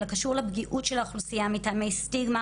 אלא קשור לפגיעות של האוכלוסייה מטעמי סטיגמה